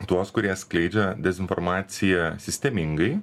tuos kurie skleidžia dezinformaciją sistemingai